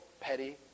petty